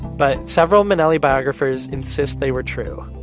but several minnelli biographers insist they were true,